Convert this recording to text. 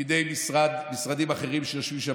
פקידי משרדים אחרים שיושבים שם,